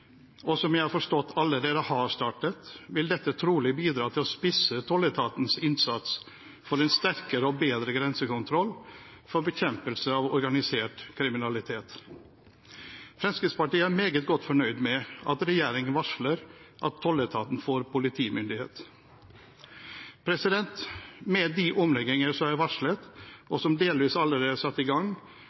og som jeg har forstått allerede har startet, vil dette trolig bidra til å spisse tolletatens innsats for en sterkere og bedre grensekontroll for bekjempelse av organisert kriminalitet. Fremskrittspartiet er meget godt fornøyd med at regjeringen varsler at tolletaten får politimyndighet. Med de omlegginger som er varslet, og som delvis allerede er satt i gang,